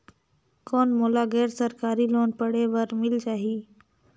कौन मोला गैर सरकारी लोन पढ़े बर मिल जाहि?